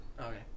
okay